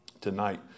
tonight